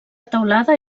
teulada